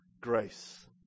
grace